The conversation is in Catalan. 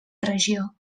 regió